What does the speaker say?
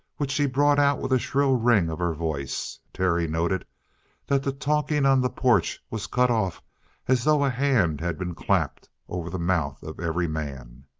which she brought out with a shrill ring of her voice. terry noted that the talking on the porch was cut off as though a hand had been clapped over the mouth of every man.